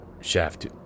Shaft